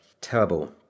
Terrible